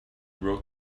wrote